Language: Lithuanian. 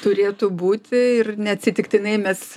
turėtų būti ir neatsitiktinai mes